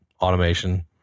automation